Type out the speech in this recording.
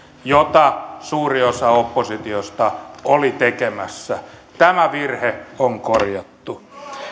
jota suuri osa oppositiosta oli tekemässä tämä virhe on korjattu